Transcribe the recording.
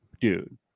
dude